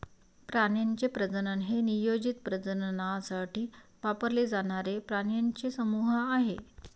प्राण्यांचे प्रजनन हे नियोजित प्रजननासाठी वापरले जाणारे प्राण्यांचे समूह आहे